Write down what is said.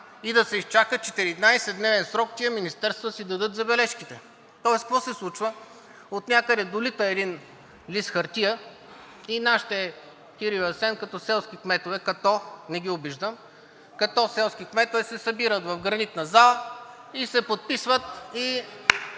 и да се изчака 14-дневен срок тези министерства да си дадат забележките. Тоест какво се случва? Отнякъде долита един лист хартия и нашите Кирил и Асен като селски кметове, като – не ги обиждам, като селски кметове се събират в Гранитна зала и се подписват, и